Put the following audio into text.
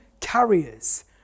carriers